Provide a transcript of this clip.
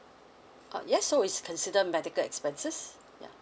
uh yes so it's consider medical expenses ya